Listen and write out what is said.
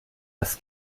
das